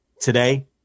today